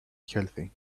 healthy